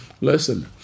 listen